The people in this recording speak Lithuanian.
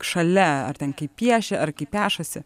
šalia ar ten kai piešia ar kai pešasi